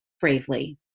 bravely